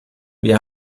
wir